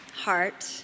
heart